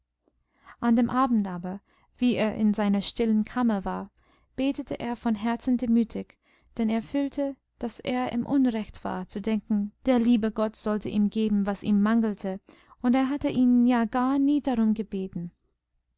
an dem abend aber wie er in seiner stillen kammer war betete er von herzen demütig denn er fühlte daß er im unrecht war zu denken der liebe gott sollte ihm geben was ihm mangelte und er hatte ihn ja gar nie darum gebeten